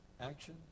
Action